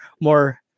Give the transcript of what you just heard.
more